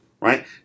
right